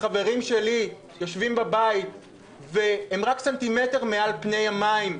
כשחברים שלי יושבים בבית והם רק סנטימטר מעל פני המים,